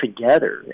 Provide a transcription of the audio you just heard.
together